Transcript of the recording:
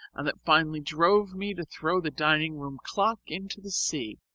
and that finally drove me to throw the dining-room clock into the sea